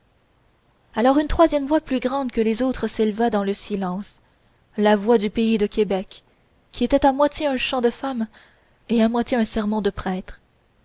alors une troisième voix plus grande que les autres s'éleva dans le silence la voix du pays de québec qui était à moitié un chant de femme et à moitié un sermon de prêtre